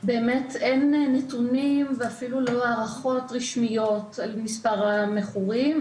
אין נתונים ואפילו לא הערכות רשמיות על מספר המכורים,